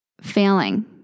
failing